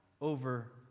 over